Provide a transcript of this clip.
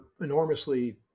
enormously